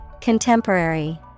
Contemporary